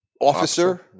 officer